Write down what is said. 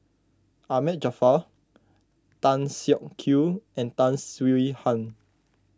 Ahmad Jaafar Tan Siak Kew and Tan Swie Hian